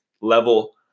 level